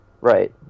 right